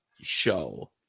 show